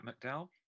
McDowell